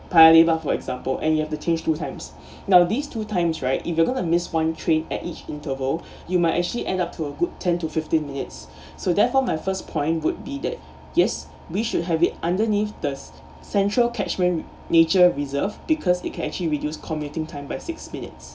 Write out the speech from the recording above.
Paya-Lebar for example and you have to change two times now these two times right if you're going to miss one train at each interval you might actually end up to a good ten to fifteen minutes so therefore my first point would be that yes we should have it underneath the s~ central catchment nature reserve because it can actually reduce commuting time by six minutes